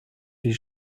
die